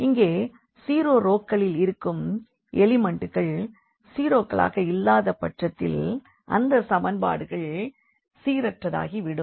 இங்கே ஜீரோ ரோக்களில் இருக்கும் எலிமண்ட்டுகள் ஜீரோக்களாக இல்லாத பட்சத்தில் அந்த சமன்பாடுகள் சீரற்றதாகிவிடும்